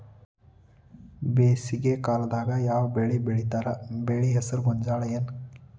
ಬೇಸಿಗೆ ಕಾಲದಾಗ ಯಾವ್ ಬೆಳಿ ಬೆಳಿತಾರ, ಬೆಳಿ ಹೆಸರು ಗೋಂಜಾಳ ಏನ್?